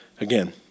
Again